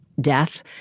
death